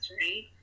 right